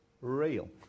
real